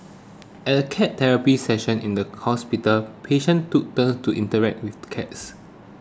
at a cat therapy session in the hospital patients took turns to interact with cats